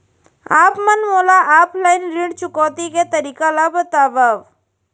आप मन मोला ऑफलाइन ऋण चुकौती के तरीका ल बतावव?